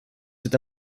cet